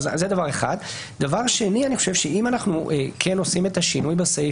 אני חושב שאם אנחנו כן עושים את השינוי בסעיף